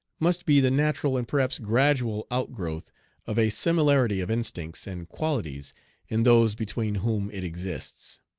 must be the natural, and perhaps gradual, outgrowth of a similarity of instincts and qualities in those between whom it exists.